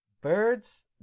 birds